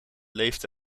leeft